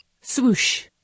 Swoosh